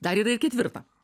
dar yra ir ketvirta